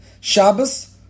Shabbos